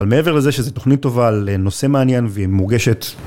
אבל מעבר לזה שזו תוכנית טובה לנושא מעניין והיא מורגשת.